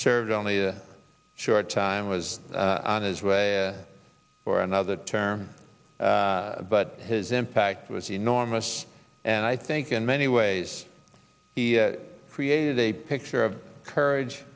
served only a short time was on his way for another term but his impact was enormous and i think in many ways he created a picture of courage